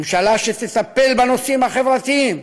ממשלה שתטפל בנושאים החברתיים,